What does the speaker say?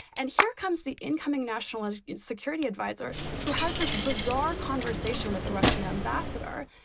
and here comes the incoming national and security adviser who has this bizarre conversation with the russian ambassador.